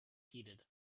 heeded